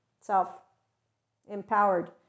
self-empowered